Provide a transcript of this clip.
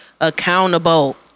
accountable